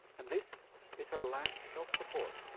and this is her last health report.